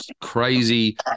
crazy